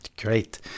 Great